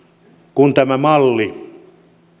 kun tämä malli